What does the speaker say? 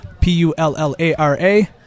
P-U-L-L-A-R-A